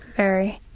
very.